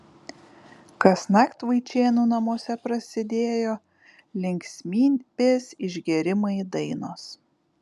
kasnakt vaičėnų namuose prasidėjo linksmybės išgėrimai dainos